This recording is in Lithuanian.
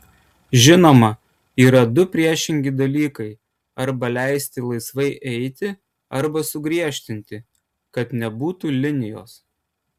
žinoma yra du priešingi dalykai arba leisti laisvai eiti arba sugriežtinti kad nebūtų linijos